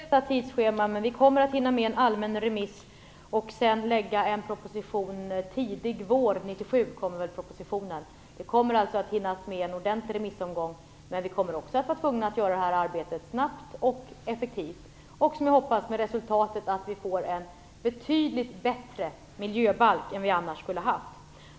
Fru talman! Det blir ett pressat tidsschema, men vi kommer att hinna med en allmän remiss, och sedan lägger vi fram en proposition tidigt på våren 1997. Det kommer alltså att hinnas med en ordentlig remissomgång, men vi kommer också att vara tvungna att göra det här arbetet snabbt och effektivt och, som jag hoppas, med resultatet att vi får en betydligt bättre miljöbalk än vi annars skulle ha haft.